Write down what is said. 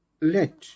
Let